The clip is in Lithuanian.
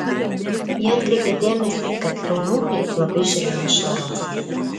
ji atkreipė dėmesį kad eunuchai labai žiūrėjo švaros